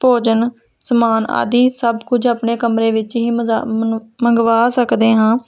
ਭੋਜਨ ਸਮਾਨ ਆਦਿ ਸਭ ਕੁਝ ਆਪਣੇ ਕਮਰੇ ਵਿੱਚ ਹੀ ਮੰਗਾ ਮਨ ਮੰਗਵਾ ਸਕਦੇ ਹਾਂ